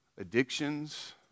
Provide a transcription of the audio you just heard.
addictions